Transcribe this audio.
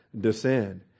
descend